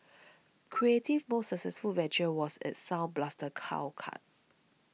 creative's most successful venture was its Sound Blaster cow card